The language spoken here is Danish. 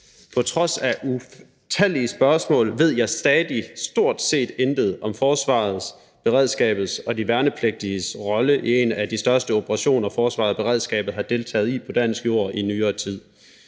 På trods af utallige spørgsmål ved jeg stadig stort set intet om forsvarets, beredskabets og de værnepligtiges rolle i en af de største operationer, forsvaret og beredskabet har deltaget i på dansk jord i nyere tid.